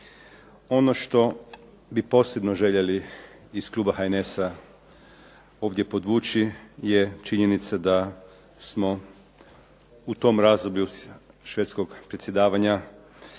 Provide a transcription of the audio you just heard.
Ono što bi posebno željeli iz kluba HNS-a ovdje podvući je činjenica da u tom razdoblju Švedskog predsjedavanja